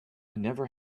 never